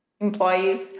employees